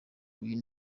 uyu